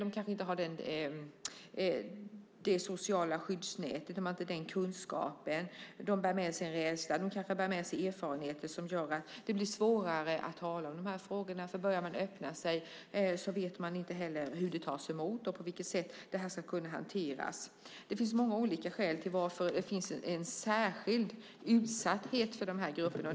De kanske inte har ett socialt skyddsnät eller nödvändig kunskap. De kanske bär med sig rädsla och erfarenheter som gör att det blir svårare att tala om de här frågorna. Börjar man öppna sig vet man inte heller hur det tas emot och på vilket sätt det ska kunna hanteras. Det finns många olika skäl till att det finns en särskild utsatthet för de här grupperna.